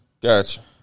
Gotcha